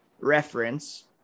reference